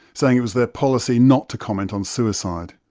saying it was their policy not to comment on suicide.